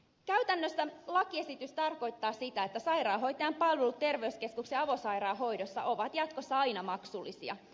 käytännössä lakiesitys tarkoittaa sitä että sairaanhoitajan palvelut terveyskeskus ja avosairaanhoidossa ovat jatkossa aina maksullisia